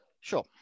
Sure